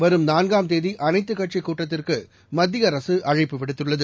வரும் நான்காம் தேதி அனைத்துக் கட்சிக் கூட்டத்திற்கு மத்திய அரசு அழைப்பு விடுத்துள்ளது